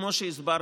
כמו שהסברתי,